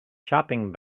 shopping